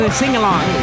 sing-along